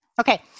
Okay